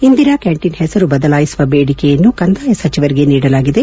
Indira canteen ಹೆಸರು ಬದಲಾಯಿಸುವ ಬೇಡಿಕೆಯನ್ನು ಕಂದಾಯ ಸಚಿವರಿಗೆ ನೀಡಲಾಗಿದೆ